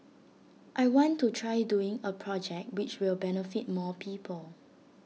I want to try doing A project which will benefit more people